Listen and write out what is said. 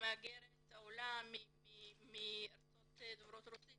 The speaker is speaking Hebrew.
העולה מארצות דוברות רוסית